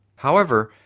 however,